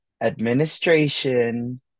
administration